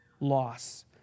loss